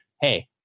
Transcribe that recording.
hey